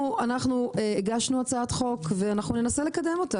אנחנו הגשנו הצעת חוק, ואנחנו ננסה לקדם אותה.